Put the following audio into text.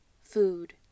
food